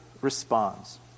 responds